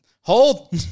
Hold